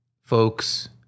folks